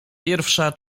pierwsza